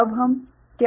अब हम क्या कर रहे हैं